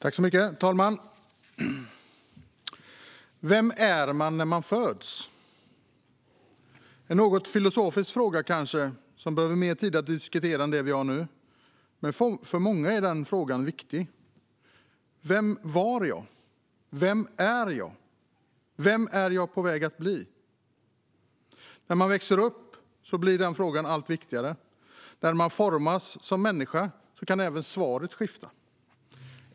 Herr talman! Vem är man när man föds? En något filosofisk fråga, kanske, som det behövs mer tid att diskutera än vi har nu. Men för många är den frågan viktig. Vem var jag? Vem är jag? Vem är jag på väg att bli? När man växer upp blir den frågan allt viktigare. När man formas som människa kan även svaret skifta.